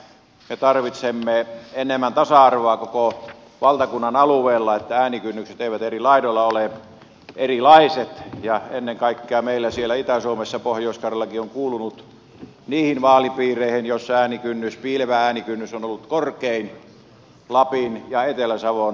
me tarvitsemme enemmän tasa arvoa koko valtakunnan alueella niin että äänikynnykset eivät eri laidoilla ole erilaiset ja ennen kaikkea meillä siellä itä suomessa pohjois karjalakin on kuulunut niihin vaalipiireihin joissa piilevä äänikynnys on ollut korkein lapin ja etelä savon seurauksena